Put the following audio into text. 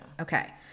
Okay